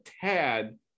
tad